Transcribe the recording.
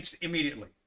immediately